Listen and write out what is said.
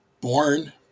Born